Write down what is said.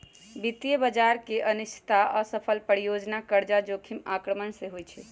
वित्तीय बजार की अनिश्चितता, असफल परियोजना, कर्जा जोखिम आक्रमण से होइ छइ